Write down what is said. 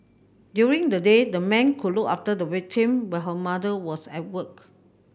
during the day the man could look after the victim while her mother was at work